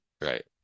right